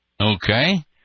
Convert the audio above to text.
Okay